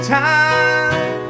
time